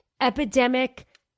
epidemic